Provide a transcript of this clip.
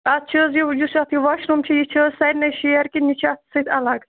اَتھ چھُ حظ یہِ یُس اتھ یہِ واش روٗم چھُ یہِ چھُ حظ سارنٕے شِیر کِنہٕ یہِ چھُ اتھ سۭتۍ اَلَگ